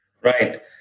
Right